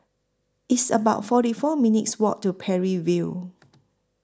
It's about forty four minutes' Walk to Parry View